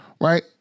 Right